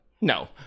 No